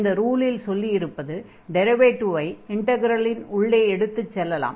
இந்த ரூலில் சொல்லியிருப்பது டிரைவேடிவை இன்டக்ரலின் உள்ளே எடுத்துச் செல்லலாம்